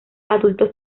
adultos